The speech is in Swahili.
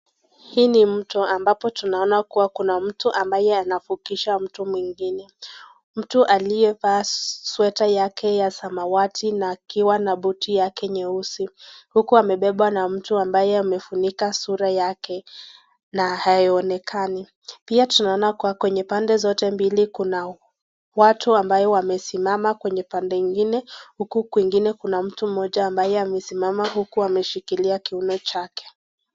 Hii ni mto ambao tunaona kuwa kuna mtu ambaye anavukisha mtu mwingine. Mtu aliyevaa sweater yake ya samawati na akiwa na boti yake nyeusi. Huku amebebwa na mtu ambaye amefunika sura yake, na haionekani . Pia tunaona kuwa kwenye pande zote mbili kuna ambayo wamesimama kwenye pande ingine ,huku kwengine kuna mtu moja ambaye amesimama huku ameshikilia kiono chake.